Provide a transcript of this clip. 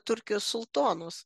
turkijos sultonus